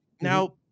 Now